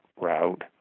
route